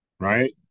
Right